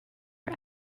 are